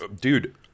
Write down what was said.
Dude